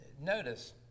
Notice